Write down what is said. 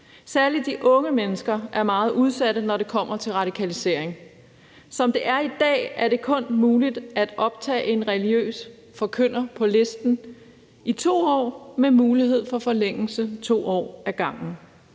Særlig de unge mennesker er meget udsatte, når det kommer til radikalisering. Som det er i dag, er det kun muligt at optage en religiøs forkynder på listen i 2 år med mulighed for forlængelse i 2 år ad gangen.